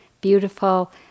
beautiful